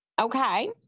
Okay